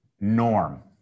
norm